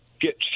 get